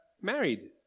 married